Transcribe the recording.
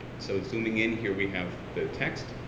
so zooming in here we have the text,